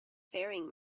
faring